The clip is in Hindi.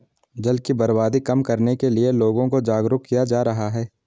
जल की बर्बादी कम करने के लिए लोगों को जागरुक किया जा रहा है